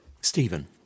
Stephen